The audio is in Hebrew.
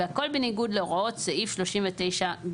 והכול בניגוד להוראות סעיף 39(ג).